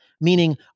meaning